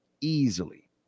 easily